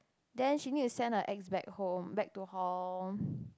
then she need to send her ex back home back to hall